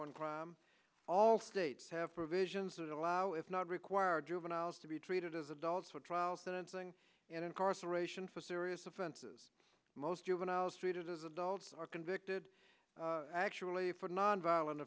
on crime all states have provisions that allow if not require juveniles to be treated as adults or trials sensing and incarceration for serious offenses most juveniles treated as adults are convicted actually for nonviolent